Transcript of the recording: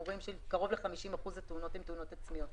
אנחנו רואים שקרוב ל-50% מהתאונות הן תאונות עצמיות.